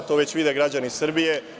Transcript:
To već vide građani Srbije.